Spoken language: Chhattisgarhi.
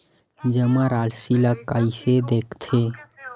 जमा राशि ला कइसे देखथे?